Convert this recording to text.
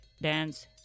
dance